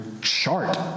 chart